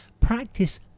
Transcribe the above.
Practice